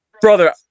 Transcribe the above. Brother